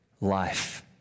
Life